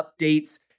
updates